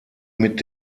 mit